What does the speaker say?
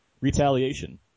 Retaliation